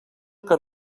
que